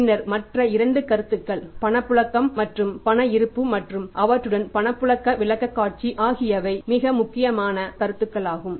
பின்னர் மற்ற 2 கருத்துக்கள் பணப்புழக்கம் மற்றும் பணப் இருப்பு மற்றும் அவற்றுடன் பணப்புழக்க விளக்கக்காட்சி ஆகியவை மிக முக்கியமான மற்றும் சுவாரஸ்யமான கருத்துக்களாகும்